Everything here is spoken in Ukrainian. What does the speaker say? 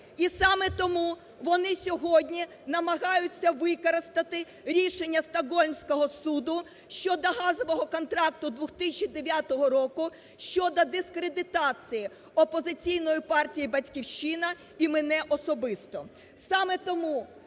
І саме тому вони сьогодні намагаються використати рішення Стокгольмського суду щодо газового контракту 2009 року щодо дискредитації опозиційної партії "Батьківщина" і мене особисто.